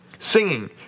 singing